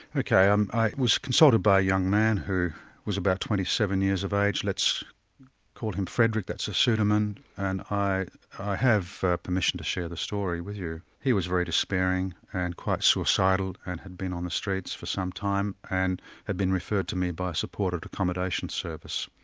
ok, um i was consulted by a young man who was about twenty seven years of age, let's call him frederick, that's a pseudonym and and i i have permission to share this story with you. he was very despairing and quite suicidal and had been on the streets for some time, and had been referred to me by a supported accommodation service.